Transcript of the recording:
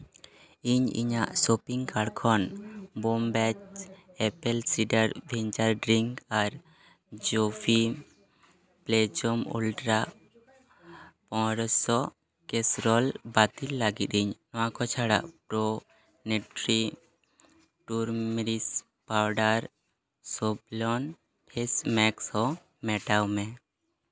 ᱤᱧ ᱤᱧᱟᱜ shopping card ᱠᱷᱚᱱ ᱵᱳᱢ ᱵᱮᱪ ᱮᱯᱮᱞ ᱥᱤᱰᱟᱨ ᱵᱷᱤᱧᱪᱟᱨ ᱰᱨᱤᱝᱠ ᱟᱨ ᱵᱞᱮᱡᱳᱢ ᱟᱞᱴᱨᱟ ᱯᱚᱱᱨᱚᱥᱚ ᱠᱮᱥᱨᱚᱞ ᱵᱟᱹᱛᱤᱞ ᱞᱟᱹᱜᱤᱫ ᱤᱧ ᱱᱚᱣᱟ ᱠᱚ ᱪᱷᱟᱲᱟ ᱯᱨᱳ ᱱᱮᱯᱴᱨᱤ ᱴᱩᱨᱢᱮ ᱨᱤᱥ ᱯᱟᱣᱰᱟᱨ ᱥᱮᱵᱷᱞᱚᱱ ᱯᱷᱮᱠᱥ ᱢᱮᱠᱥ ᱦᱚᱸ ᱢᱮᱴᱟᱣ ᱢᱮ